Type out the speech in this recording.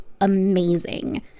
amazing